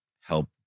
help